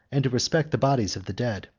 and to respect the bodies of the dead,